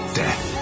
death